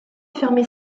fermer